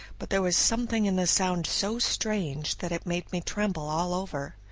but there was something in the sound so strange that it made me tremble all over.